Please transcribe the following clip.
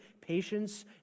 Patience